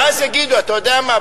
ואז יגידו: אתה יודע מה,